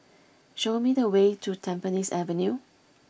show me the way to Tampines Avenue